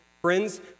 Friends